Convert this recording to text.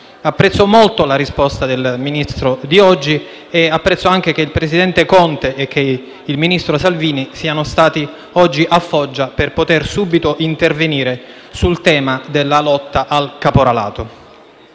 Apprezzo molto la risposta del Ministro di oggi e appezzo anche che il presidente Conte e il ministro Salvini siano stati oggi a Foggia per poter subito intervenire sul tema della lotta al caporalato.